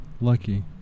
Lucky